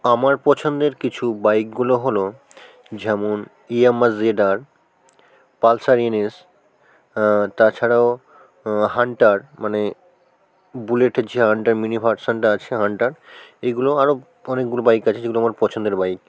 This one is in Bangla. আমার পছন্দের কিছু বাইকগুলো হল ঝেমন ইয়ামাহা জেড আর পালসার এন এস তাছাড়াও হান্টার মানে বুলেটের যে হান্টার মিনি ভার্সনটা আছে হান্টার এগুলো আরো অনেকগুলো বাইক আছে যেগুলো আমার পছন্দের বাইক